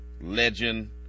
legend